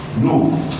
No